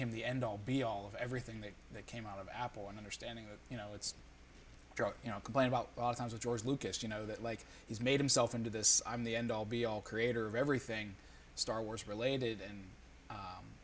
him the end all be all of everything that came out of apple an understanding that you know it's you know complain about george lucas you know that like he's made himself into this i'm the end all be all creator of everything star wars related and